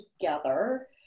together